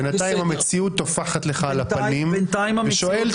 בינתיים המציאות טופחת לך על הפנים ושואלת